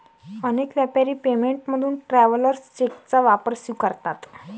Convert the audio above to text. अनेक व्यापारी पेमेंट म्हणून ट्रॅव्हलर्स चेकचा वापर स्वीकारतात